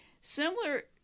Similar